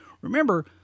...remember